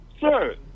sir